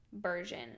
version